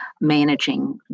managing